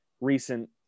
recent